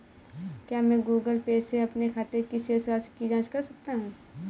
क्या मैं Google Pay से अपने खाते की शेष राशि की जाँच कर सकता हूँ?